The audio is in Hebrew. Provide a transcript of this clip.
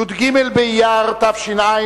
י"ג באייר תש"ע,